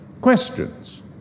questions